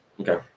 okay